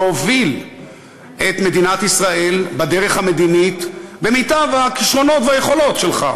להוביל את מדינת ישראל בדרך המדינית במיטב הכישרונות והיכולות שלך.